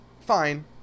fine